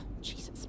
Jesus